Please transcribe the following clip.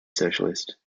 socialist